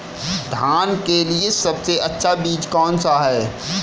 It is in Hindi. धान के लिए सबसे अच्छा बीज कौन सा है?